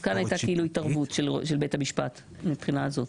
אז כאן הייתה התערבות של בית המשפט, מהבחינה הזאת.